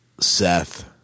Seth